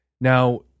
Now